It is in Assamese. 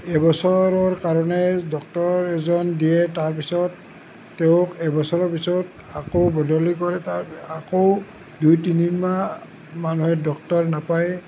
এবছৰৰ কাৰণে ডক্তৰ এজন দিয়ে তাৰ পিছত তেওঁক এবছৰৰ পিছত আকৌ বদলি কৰে আকৌ দুই তিনিমাহ মানুহে ডক্তৰ নাপাই